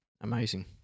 Amazing